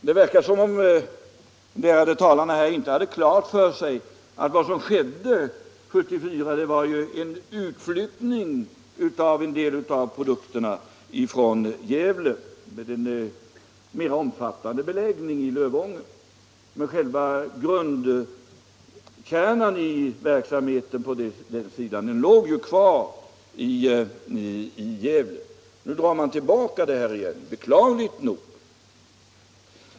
Det verkar som om de ärade talarna inte hade klart för sig att vad som skedde 1974 var en utflyttning av en del av tillverkningen från Gävle till en mer omfattande anläggning i Lövånger. Men själva kärnan i verksamheten låg kvar i Gävle. Nu dras tillverkningen tillbaka igen, beklagligt nog.